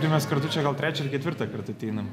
tai mes kartu čia gal trečią ar ketvirtą kartą einam